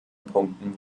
punkten